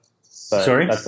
Sorry